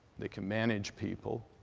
they can manage people.